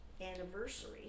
anniversary